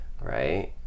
right